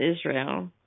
Israel